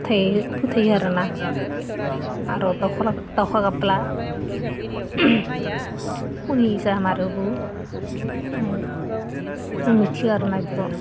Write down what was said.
फोथायो आरोना आरो दावखा गाबोब्ला सुनि जामारोबो आं मिथियो आरोना बेखौ